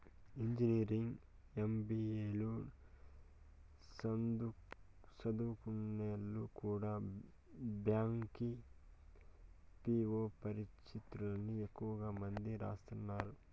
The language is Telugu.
ఇంజనీరింగ్, ఎం.బి.ఏ లు సదుంకున్నోల్లు కూడా బ్యాంకి పీ.వో పరీచ్చల్ని ఎక్కువ మంది రాస్తున్నారు